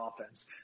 offense